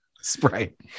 sprite